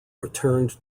returned